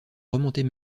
remontées